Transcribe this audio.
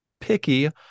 picky